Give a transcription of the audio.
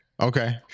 Okay